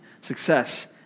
success